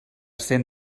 cent